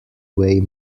way